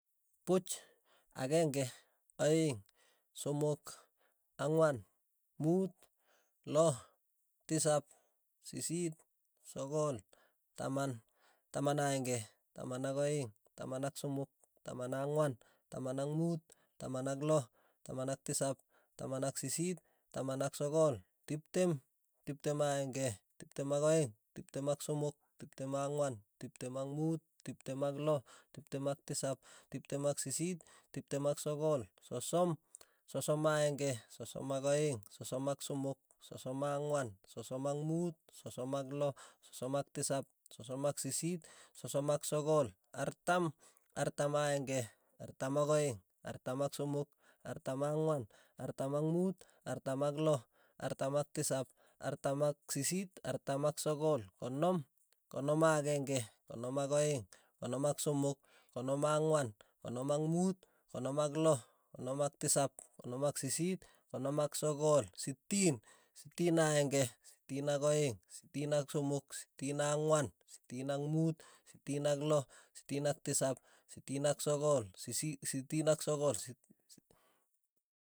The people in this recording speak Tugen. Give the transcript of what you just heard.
Puch. akeng'e, aeng', somok, ang'wan, muut, loo, tisap, sisiit, sogol, taman, taman aenge, taman ak' aeng, taman ak somok, taman ak ang'wan, taman ak muut, taman ak loo, taman ak tisap, taman ak sisiit, taman ak sogol, tiptem, tiptem ak aeng'e, tiptem ak aeng', tiptem ak somok, tiptem ak ang'wan, tiptem ak muut, tiptem ak loo, tiptem ak tisap, tiptem ak sisiit, tiptem ak sogol, sosom, sosom a'aenge, sosom ak aeng', sosom ak somok, sosom ak ang'wan, sosom ak muut, sosom ak loo, sosom ak tisap, sosom ak sisiit, sosom ak sogol, artam, artam aeng'e, artam ak aeng', artam ak somok, artam ak ang'wan, artam ak muut, artam ak loo, artam ak tisap, artam ak sisiit, artam ak sogol,. konom Konom a. aeng'e, konom ak aeng', konom ak somok, konom ak ang'wan. konom ak muut, konom ak loo, konom ak tisap, konom ak sisiit, konom ak sogol, sitin sitiin aeng'e, sitin ak aeng', sitin ak somok, sitin ak ang'wan, sitin ak mut, sitin ak lo, sitin ak tisap, sitin ak sogol sisit, sitin ak sogol.